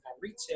retail